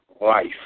life